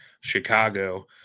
Chicago